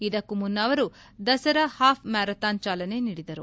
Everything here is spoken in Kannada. ಇದಕ್ಕೂ ಮುನ್ನ ಅವರು ದಸರಾ ಹಾಫ್ ಮ್ಹಾರಾಥಾನ್ ಚಾಲನೆ ನೀಡಿದರು